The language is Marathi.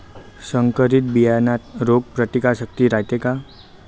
संकरित बियान्यात रोग प्रतिकारशक्ती रायते का?